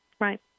Right